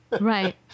Right